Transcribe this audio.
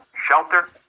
shelter